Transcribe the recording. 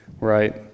right